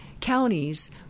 counties